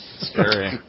scary